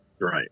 Right